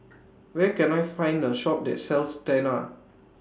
Where Can I Find A Shop that sells Tena